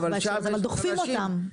אנחנו דוחפים אותם.